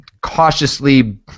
cautiously